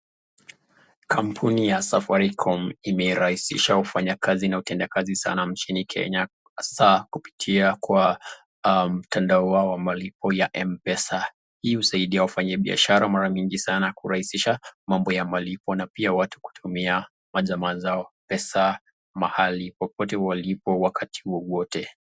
Kampuni ya Safaricom imerahisisha ufanyakazi na utenda kazi mjini Kenya hasa kupitia kwa mtandao wao wa malipo ya M-PESA. Hii husaidia wanabiashara mara mingi sana kurahisisha mambo ya malipo na pia watu kutumia majamaa zao pesa mahali popote walipo wakati wowote.